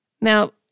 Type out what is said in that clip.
Now